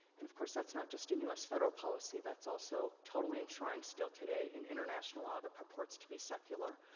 and of course, that's not just in u s. federal policy but that's also, totally enshrined still today in international law that purports to be secular.